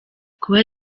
kuba